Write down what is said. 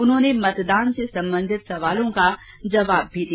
उन्होंने मतदान से संबंधित सवालों का भी जवाब दिया